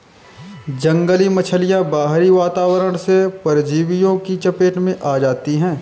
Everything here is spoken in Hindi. जंगली मछलियाँ बाहरी वातावरण से परजीवियों की चपेट में आ जाती हैं